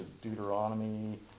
Deuteronomy